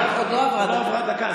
עוד לא עברה דקה,